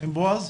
בועז,